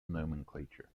nomenclature